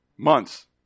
Months